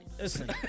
Listen